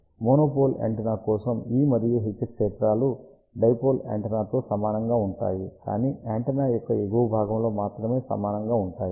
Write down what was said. కాబట్టి monopole antenna కోసం E మరియు H క్షేత్రాలు డైపోల్ యాంటెన్నాతో సమానంగా ఉంటాయి కానీ యాంటెన్నా యొక్క ఎగువ భాగంలో మాత్రమే సమానంగా ఉంటాయి